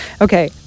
Okay